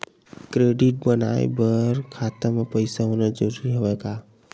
Credit बनवाय बर खाता म पईसा होना जरूरी हवय का?